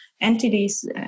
entities